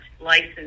license